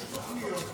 יש תוכניות,